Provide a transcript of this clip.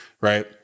right